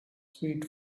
sweet